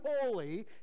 holy